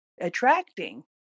attracting